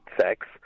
sex